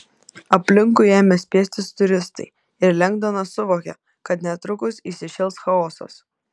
aplinkui ėmė spiestis turistai ir lengdonas suvokė kad netrukus įsišėls chaosas